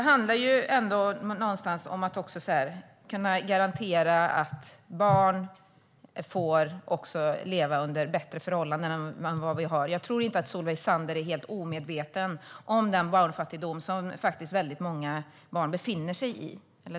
Herr talman! Någonstans handlar det ändå om att kunna garantera att barn får leva under bättre förhållanden. Jag tror inte att Solveig Zander är helt omedveten om den fattigdom som många barn befinner sig i.